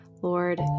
Lord